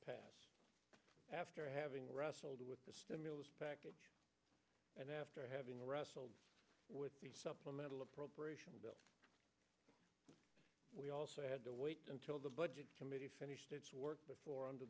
pass after having wrestled with the stimulus package and after having wrestled with the supplemental appropriation bill we also had to wait until the budget committee finished its work before